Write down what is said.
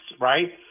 right